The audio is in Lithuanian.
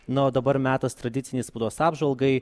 na o dabar metas tradicinei spaudos apžvalgai